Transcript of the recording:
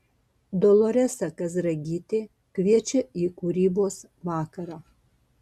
doloresa kazragytė kviečia į kūrybos vakarą